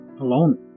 alone